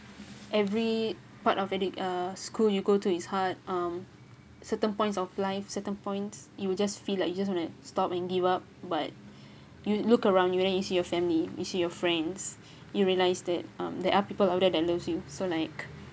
every part of edu~ uh school you go to is hard um certain points of life certain points you just feel like you want to stop and give up but you look around you you see your family your friends you realise that um there are people out there that loves you so like